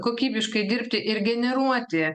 kokybiškai dirbti ir generuoti